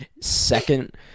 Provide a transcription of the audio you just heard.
Second